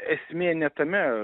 esmė ne tame